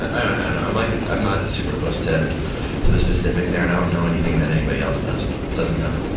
i don't know. i'm like i'm not super close to to the specifics there and i don't know anything that anybody else knows doesn't know.